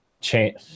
change